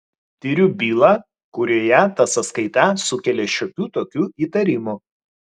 tiriu bylą kurioje ta sąskaita sukėlė šiokių tokių įtarimų